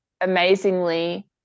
amazingly